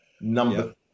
Number